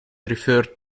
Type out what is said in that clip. referred